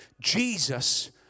Jesus